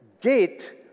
gate